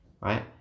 right